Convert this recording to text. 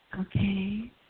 Okay